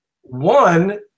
one